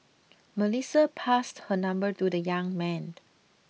Melissa passed her number to the young man